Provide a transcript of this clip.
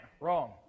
wrong